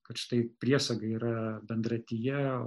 kad štai priesaga yra bendratyje